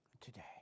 Today